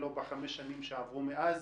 לא בחמש השנים שעברו מאז,